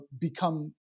become